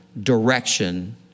direction